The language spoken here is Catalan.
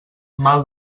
mal